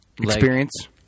Experience